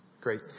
Great